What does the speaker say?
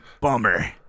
bummer